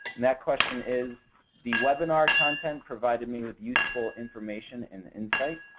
that question is the webinar content provided me with useful information and insight.